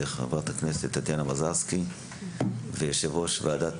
חברת הכנסת טטיאנה מזרסקי ויושב-ראש ועדת